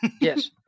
Yes